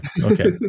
Okay